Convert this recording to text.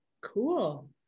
Cool